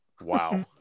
Wow